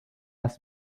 has